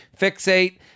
fixate